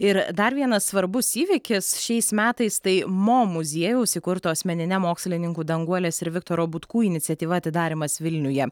ir dar vienas svarbus įvykis šiais metais tai mo muziejaus įkurto asmenine mokslininkų danguolės ir viktoro butkų iniciatyva atidarymas vilniuje